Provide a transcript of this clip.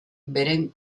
beren